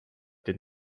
did